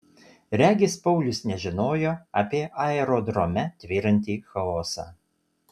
regis paulius nežinojo apie aerodrome tvyrantį chaosą